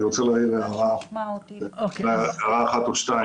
אני רוצה להעיר הערה אחת או שתיים.